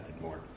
more